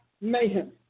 mayhem